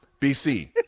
BC